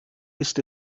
ist